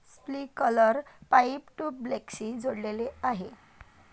sprinkler pipe ट्यूबवेल्सशी जोडलेले आहे